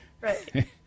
Right